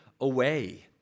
away